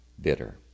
bitter